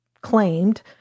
claimed